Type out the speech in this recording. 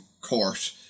court